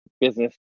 business